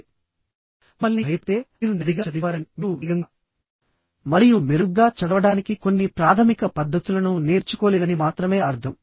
ఇది మిమ్మల్ని భయపెడితే మీరు నెమ్మదిగా చదివేవారని మరియు మీరు వేగంగా మరియు మెరుగ్గా చదవడానికి కొన్ని ప్రాథమిక పద్ధతులను నేర్చుకోలేదని మాత్రమే అర్థం